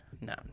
No